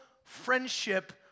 friendship